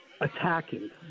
attacking